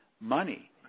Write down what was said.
money